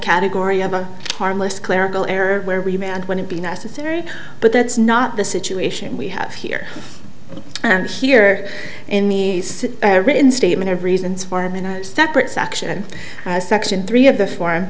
category of a harmless clerical error where remand wouldn't be necessary but that's not the situation we have here and here in the written statement of reasons for in a separate section i section three of the for